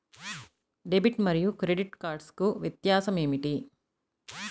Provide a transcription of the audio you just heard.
Debit మరియు credit కార్డ్లకు వ్యత్యాసమేమిటీ?